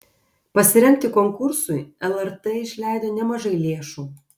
pasirengti konkursui lrt išleido nemažai lėšų